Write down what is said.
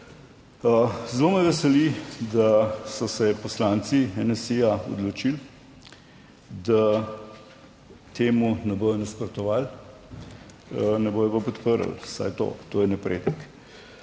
Zelo me veseli, da so se poslanci NSi odločili, da temu ne bodo nasprotovali, ne bodo pa podprli vsaj to. To je napredek.